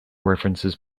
references